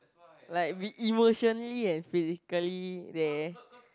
like we emotionally and physically there